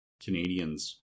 Canadians